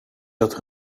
dat